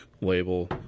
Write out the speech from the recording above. label